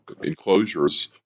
enclosures